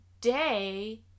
day